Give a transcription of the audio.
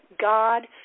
God